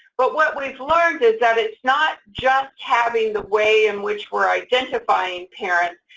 what what we've learned is that it's not just having the way in which we're identifying parents.